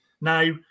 Now